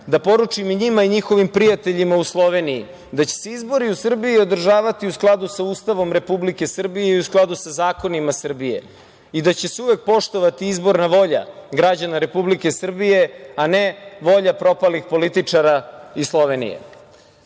da poručim i njima i njihovim prijateljima u Sloveniji, da će se izbori u Srbiji održavati u skladu sa Ustavom Republike Srbije i u skladu sa zakonima Srbije i da će se uvek poštovati izborna volja građana Republike Srbije, a ne volja propalih političara iz Slovenije. Dragan